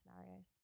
scenarios